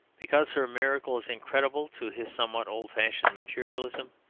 because her miracle is incredible to his somewhat old-fashioned materialism,